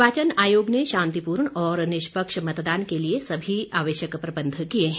निर्वाचन आयोग ने शांतिपूर्ण और निष्पक्ष मतदान के लिए सभी आवश्यक प्रबंध किए हैं